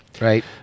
Right